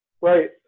Right